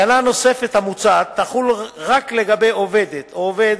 הגנה נוספת המוצעת תחול רק לגבי עובדת או עובד